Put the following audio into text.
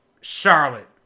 Charlotte